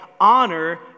Honor